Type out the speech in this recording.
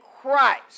Christ